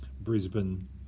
Brisbane